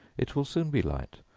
it will soon be light,